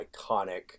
iconic